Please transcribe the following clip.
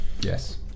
Yes